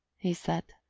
he said.